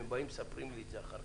הם באים ומספרים לי את זה אחר-כך.